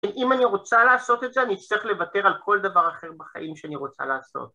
אם אני רוצה לעשות את זה, אני אצטרך לוותר על כל דבר אחר בחיים שאני רוצה לעשות.